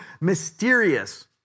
mysterious